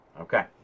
Okay